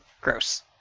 Gross